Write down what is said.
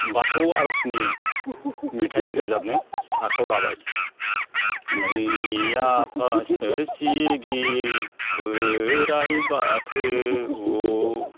बाथौ आर'जनि मेथाइ रोजाबनो आखाइयाव लाबाय